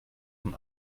von